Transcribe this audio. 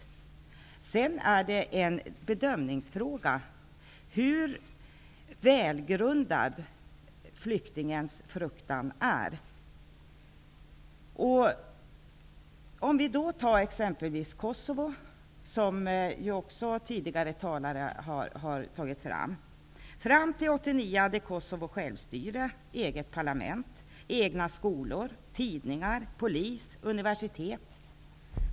Sedan är det en bedömningsfråga hur välgrundad flyktingens fruktan är. Vi kan ta exempelvis Kosovo, som också tidigare talare har nämnt. Fram till 1989 hade Kosovo självstyre, eget parlament, egna skolor, tidningar, egen polis och eget universitet.